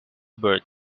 bird